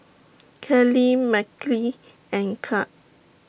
Kalie Mickie and Kirk